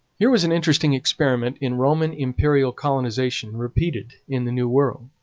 here was an interesting experiment in roman imperial colonization repeated in the new world.